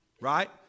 right